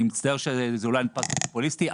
אני מצטער שזה אולי נתפס קצת פופוליסטי,